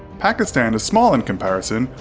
pakistan is small in comparison,